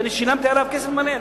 כשאני שילמתי עליו כסף מלא?